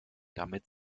damit